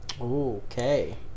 Okay